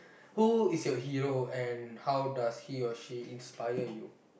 who is your hero and how does he or she inspire you